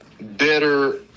better